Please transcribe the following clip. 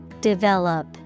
Develop